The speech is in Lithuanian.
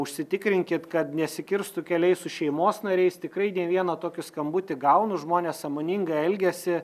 užsitikrinkit kad nesikirstų keliai su šeimos nariais tikrai ne vieną tokį skambutį gaunu žmonės sąmoningai elgiasi